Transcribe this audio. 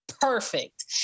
Perfect